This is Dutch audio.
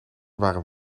waren